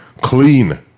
clean